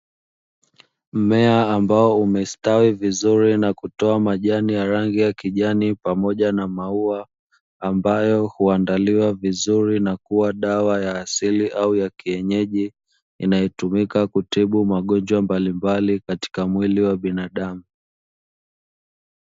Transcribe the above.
Mmea ambao umestawi vizuri na kutoa majani ya rangi ya kijani pamoja na mauwa, ambayo huandaliwa vizuri na kuwa dawa ya asili au ya kienyeji inayotumika kutibu magonjwa mbalimbali katika mwili wa binadamu.